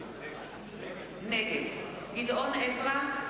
נגד גדעון עזרא,